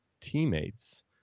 teammates